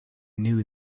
knew